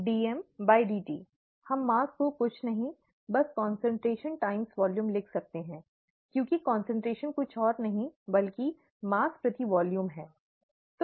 हम द्रव्यमान को कुछ नहीं बस कंसंट्रेशन टाइम्स वॉल्यूम लिख सकते हैं क्योंकि कंसंट्रेशन कुछ और नहीं बल्कि द्रव्यमान प्रति वॉल्यूम है ना